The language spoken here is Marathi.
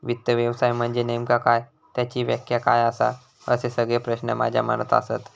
वित्त व्यवसाय म्हनजे नेमका काय? त्याची व्याख्या काय आसा? असे सगळे प्रश्न माझ्या मनात आसत